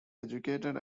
educated